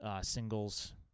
singles